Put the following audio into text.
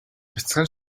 бяцхан